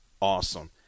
awesome